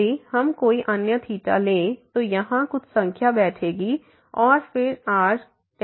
यदि हम कोई अन्य लें तो यहाँ कुछ संख्या बैठेगी और फिर r→0